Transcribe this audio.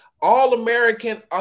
All-American